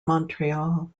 montreal